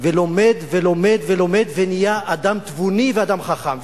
ולומד ולומד ולומד, ונהיה אדם תבוני ואדם חכם.